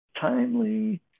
Timely